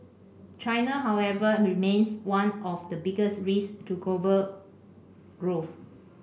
China however remains one of the biggest risks to global growth